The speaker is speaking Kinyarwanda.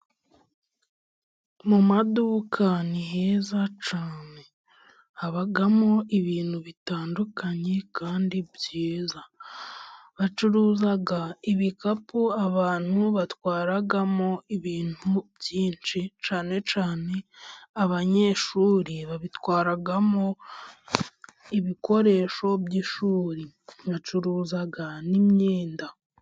Mu maduka niheza cyane. Habamo ibintu bitandukanye kandi byiza. Bacuruza ibikapu abantu batwaramo ibintu byinshi cyane cyane abanyeshuri babitwaramo ibikoresho by'ishuri. Bacuruza n'imyenda.